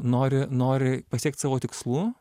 nori nori pasiekt savo tikslų